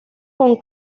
con